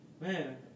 man